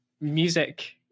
music